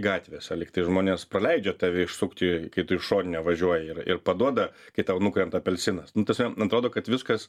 gatvėse lygtai žmonės praleidžia tave išsukti kai tu išorine važiuoja ir ir paduoda kai tau nukrenta apelsinas nu ta prasme nu atrodo kad viskas